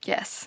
Yes